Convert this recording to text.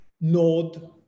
node